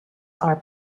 are